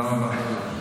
תודה רבה.